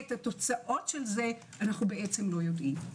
ואת התוצאות של זה אנו לא יודעים.